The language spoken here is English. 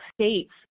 states